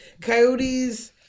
coyotes